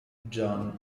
john